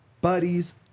buddies